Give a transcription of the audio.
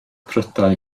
prydau